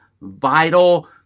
vital